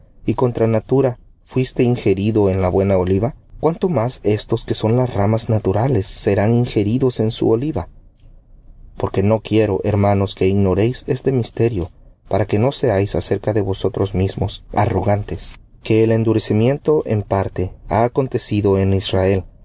y contra natura fuiste ingerido en la buena oliva cuánto más éstos que son las naturales serán ingeridos en su oliva porque no quiero hermanos que ignoréis este misterio para que no seáis acerca de vosotros mismos arrogantes que el endurecimiento en parte ha acontecido en israel